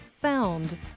found